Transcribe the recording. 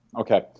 okay